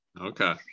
Okay